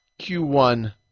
Q1